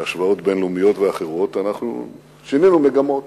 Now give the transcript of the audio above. בהשוואות בין-לאומיות ואחרות, אנחנו שינינו מגמות